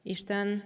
Isten